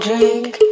Drink